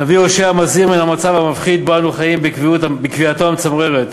הנביא הושע מזהיר מן המצב המפחיד שבו אנחנו חיים בקריאתו המצמררת